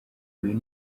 uyu